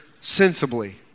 sensibly